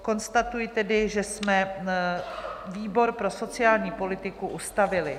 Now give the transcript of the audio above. Konstatuji, že jsme výbor pro sociální politiku ustavili.